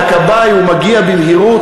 הכבאי / הוא מגיע במהירות,